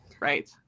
right